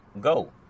go